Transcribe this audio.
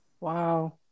Wow